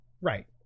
right